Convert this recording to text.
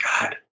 God